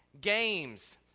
games